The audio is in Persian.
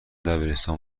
دبیرستان